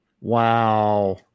Wow